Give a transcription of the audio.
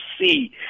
see